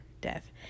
death